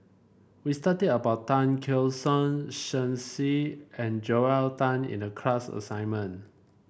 we studied about Tan Keong Saik Shen Xi and Joel Tan in the class assignment